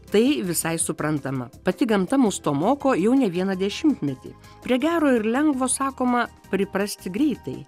tai visai suprantama pati gamta mus to moko jau ne vieną dešimtmetį prie gero ir lengvo sakoma priprasti greitai